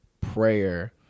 prayer